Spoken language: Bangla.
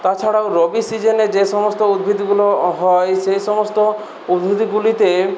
তাছাড়াও রবি সিজনে যেসমস্ত উদ্ভিদগুলো হয় সেসমস্ত উদ্ভিদগুলিতে